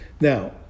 Now